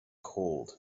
cold